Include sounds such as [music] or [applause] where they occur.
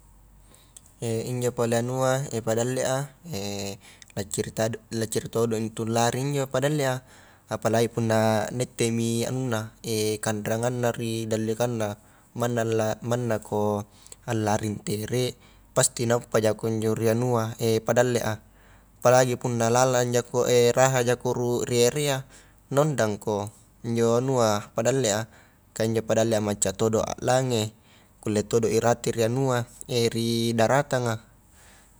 [hesitation] injo pole anua [hesitation] padalle a lacciri tadu lacciri todo intu lari injo padallea apalagi punna naitte mi anunna [hesitation] kanranganna ri dallekangna manna la manna ko allari ntere pasti nauppa jako injo ri anua [hesitation] padalle a, apalagi punna lalang jako [hesitation] raha jako ru ri erea na ondangko injo anua padalle a, ka injo padalle a macca todo a lange kulle todoi rata ri anua [hesitation] ri daratanga.